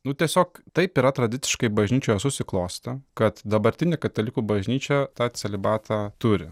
nu tiesiog taip yra tradiciškai bažnyčioje susiklostę kad dabartinė katalikų bažnyčia tą celibatą turi